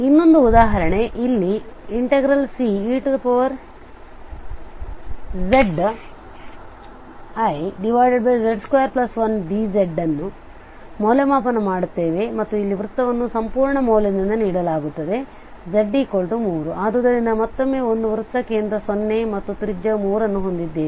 ಇನ್ನೊಂದು ಉದಾಹರಣೆ ಅಲ್ಲಿ Ceztz21dz ಅನ್ನು ಮೌಲ್ಯಮಾಪನ ಮಾಡುತ್ತೇವೆ ಮತ್ತು ಇಲ್ಲಿ ವೃತ್ತವನ್ನು ಸಂಪೂರ್ಣ ಮೌಲ್ಯದಿಂದ ನೀಡಲಾಗುತ್ತದೆz3 ಆದ್ದರಿಂದ ಮತ್ತೊಮ್ಮೆ ಒಂದು ವೃತ್ತ ಕೇಂದ್ರ 0 ಮತ್ತು ತ್ರಿಜ್ಯ 3 ನ್ನು ಹೊಂದಿದ್ದೇವೆ